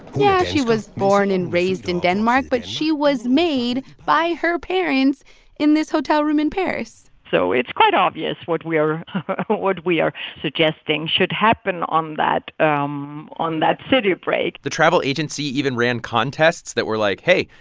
yeah, she was born and raised in denmark, but she was made by her parents in this hotel room in paris so it's quite obvious what we are what what we are suggesting should happen on that um on that city break the travel agency even ran contests that were like, hey,